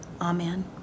Amen